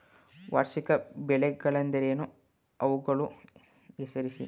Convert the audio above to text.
ವಾರ್ಷಿಕ ಬೆಳೆಗಳೆಂದರೇನು? ಅವುಗಳನ್ನು ಹೆಸರಿಸಿ?